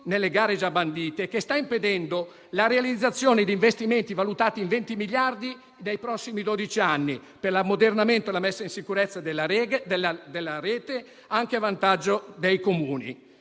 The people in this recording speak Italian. nelle gare già bandite, e che sta impedendo la realizzazione di investimenti valutati in 20 miliardi nei prossimi dodici anni per l'ammodernamento e la messa in sicurezza della rete, anche a vantaggio dei Comuni.